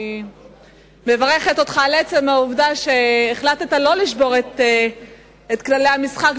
אני מברכת אותך על עצם העובדה שהחלטת שלא לשבור את כללי המשחק,